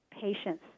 patients